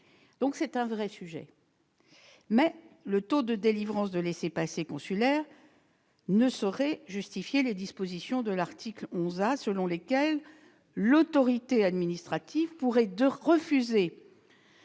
me suis rendue. Cependant, le taux de délivrance des laissez-passer consulaires ne saurait justifier les dispositions de l'article 11 A selon lesquelles l'autorité administrative pourrait décider